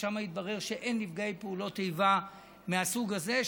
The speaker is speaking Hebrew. ושם התברר שאין נפגעי פעולות איבה מהסוג הזה,